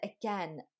again